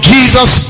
Jesus